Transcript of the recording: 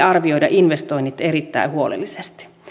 arvioida investoinnit erittäin huolellisesti